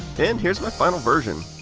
and here is my final version.